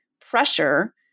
pressure